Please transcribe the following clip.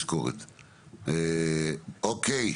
כן,